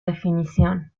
definición